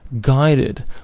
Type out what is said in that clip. guided